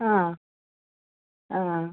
അ അ